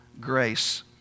grace